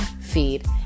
feed